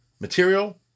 material